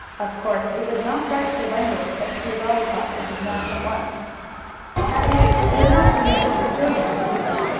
of course it was not right for wango to put two lollypops in his mouth at once at least it would not be nice for children to do so.